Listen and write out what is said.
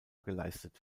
geleistet